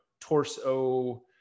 torso